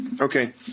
okay